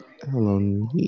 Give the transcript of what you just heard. Hello